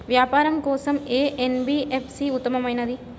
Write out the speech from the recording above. వ్యాపారం కోసం ఏ ఎన్.బీ.ఎఫ్.సి ఉత్తమమైనది?